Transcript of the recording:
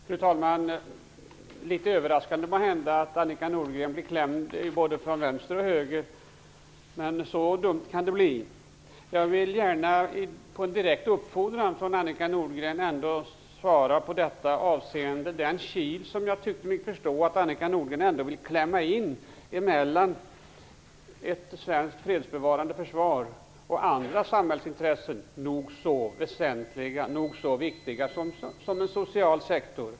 Fru talman! Det är måhända litet överraskande att Annika Nordgren blir klämd både från vänster och höger, men så dumt kan det bli. Jag vill gärna på direkt uppfordran från Annika Nordgren ändå svara avseende den kil som jag tyckte mig förstå att Annika Nordgren ville klämma in mellan ett svenskt fredsbevarande försvar och andra samhällsintressen som är nog så väsentliga och viktiga, som exempelvis den sociala sektorn.